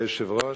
אדוני היושב-ראש,